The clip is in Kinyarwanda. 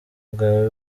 bwawe